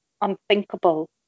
unthinkable